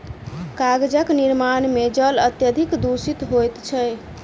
कागजक निर्माण मे जल अत्यधिक दुषित होइत छै